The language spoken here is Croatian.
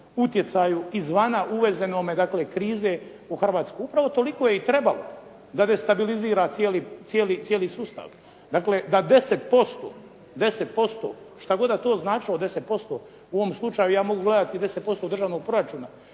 utjecaju izvana, uvezene krize u Hrvatsku. Upravo toliko je i trebalo da destabilizira cijeli sustav, dakle da 10%, što god da to značilo 10%, u ovom slučaju ja mogu gledati 10% državnog proračuna.